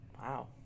Wow